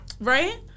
Right